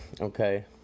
okay